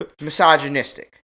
misogynistic